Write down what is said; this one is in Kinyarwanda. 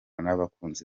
n’abakunzi